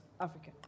Africa